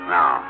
Now